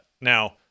Now